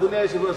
אדוני היושב-ראש.